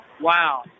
Wow